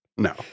No